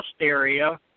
area